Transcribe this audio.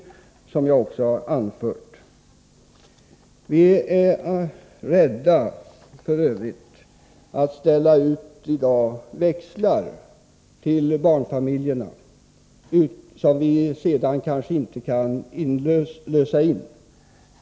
Vi är f. ö. i dag rädda att ställa ut växlar till barnfamiljerna som vi sedan kanske inte kan lösa in.